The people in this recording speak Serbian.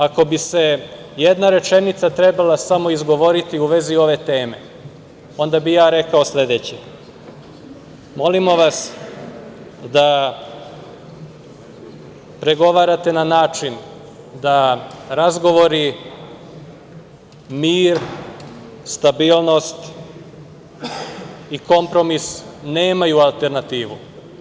Ako bi se jedna rečenica trebala samo izgovoriti u vezi ove teme, onda bi ja rekao sledeće – molimo vas da pregovarate na način da razgovori, mir, stabilnost i kompromis nemaju alternativu.